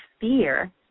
fear